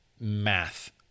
math